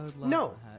No